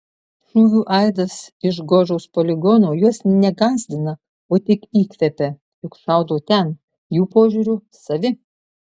šūvių aidas iš gožos poligono juos ne gąsdina o tik įkvepia juk šaudo ten jų požiūriu savi